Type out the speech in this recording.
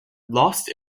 lost